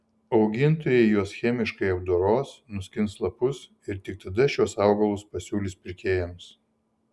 augintojai juos chemiškai apdoros nuskins lapus ir tik tada šiuos augalus pasiūlys pirkėjams